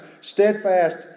steadfast